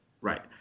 Right